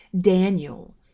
Daniel